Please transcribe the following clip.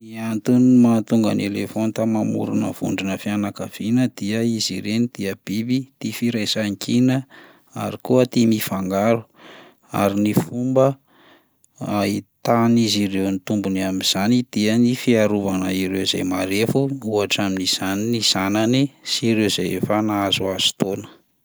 Ny antony mahatonga ny elefanta mamorona vondrona fianakaviana dia izy ireny dia biby tia firaisan-kina ary koa tia mifangaro, ary ny fomba ahitan'izy ireo ny tombony amin'izany dia ny fiarovana ireo zay marefo ohatra amin'izany ny zanany sy ireo zay efa nahazoazo taona.